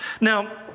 Now